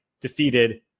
defeated